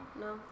No